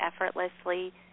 effortlessly